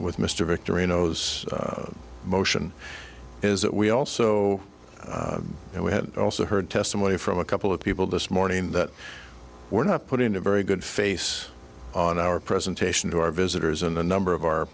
with mr victory nose motion is that we also and we had also heard testimony from a couple of people this morning that we're not putting a very good face on our presentation to our visitors in a number of our